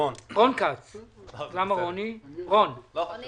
נכון מאוד, חסרים